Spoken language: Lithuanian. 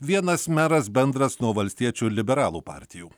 vienas meras bendras nuo valstiečių ir liberalų partijų